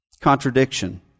contradiction